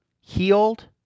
healed